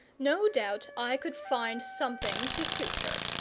no doubt i could find something to suit her.